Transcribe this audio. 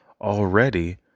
already